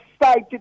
excited